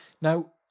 Now